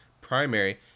primary